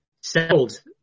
settled